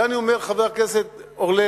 את זה אני אומר לחבר הכנסת אורלב,